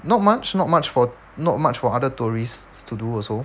not much not much for not much for other tourists to do also